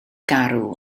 garw